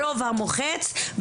רוב המוחץ,